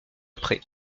après